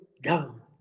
down